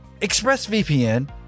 ExpressVPN